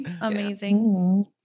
amazing